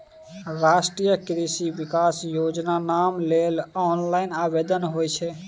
राष्ट्रीय कृषि विकास योजनाम लेल ऑनलाइन आवेदन होए छै